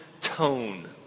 tone